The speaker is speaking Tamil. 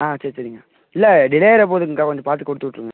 ஆ சரி சரிங்க்கா இல்லை டிலே ஆகிற போகுதுங்கக்கா கொஞ்சம் பார்த்து கொடுத்துட்ருங்க